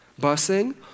busing